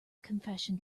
confession